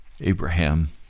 Abraham